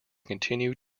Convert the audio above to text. continued